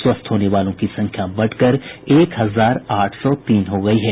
स्वस्थ होने वालों की संख्या बढ़कर एक हजार आठ सौ तीन हो गयी है